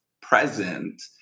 present